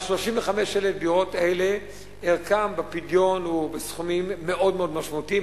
35,000 הדירות האלה ערכן בפדיון הוא בסכומים מאוד מאוד משמעותיים.